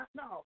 no